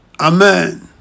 Amen